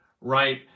right